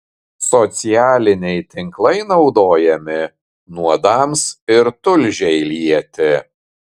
socialiniai tinklai naudojami nuodams ir tulžiai lieti